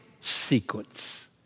sequence